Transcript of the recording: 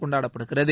கொண்டாடப்படுகிறது